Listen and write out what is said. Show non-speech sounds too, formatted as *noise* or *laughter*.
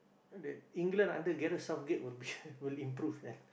that England under Gareth-Southgate will be *laughs* will improve lah